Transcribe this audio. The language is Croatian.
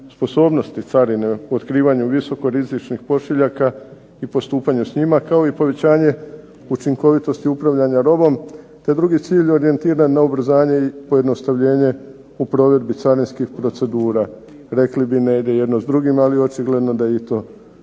sposobnosti carine u otkrivanju visoko rizičnih pošiljaka i postupanja s njima, kao i povećanje učinkovitosti upravljanja robom te drugi cilj, orijentiran na ubrzanje i pojednostavljenje u provedbi carinskih procedura. Rekli bi ne ide jedno s drugim, ali očigledno da je i to moguće.